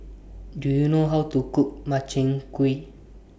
Do YOU know How to Cook Makchang Gui